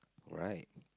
right